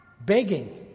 begging